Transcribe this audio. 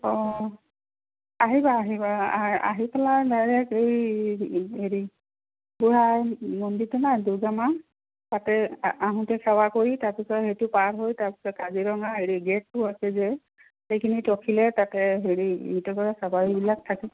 অঁ আহিবা আহিবা আহি পেলাই ডাইৰেক্ট এই হেৰি হেৰি বুঢ়া মন্দিৰটো নাই দুৰ্গা মা তাতে আহোতে সেৱা কৰি তাৰপিছত সেইটো পাৰ হৈ তাৰপিছত কাজিৰঙা হেৰি গেটটো আছে যে সেইখিনিত ৰখিলে তাতে হেৰি চাফাৰী বিলাক থাকে